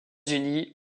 unis